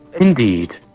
Indeed